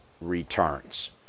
returns